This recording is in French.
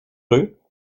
eux